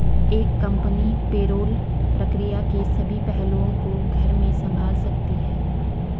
एक company payroll प्रक्रिया के सभी पहलुओं को घर में संभाल सकती है